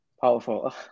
powerful